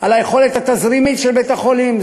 על היכולת התזרימית של בית-החולים,